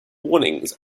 warnings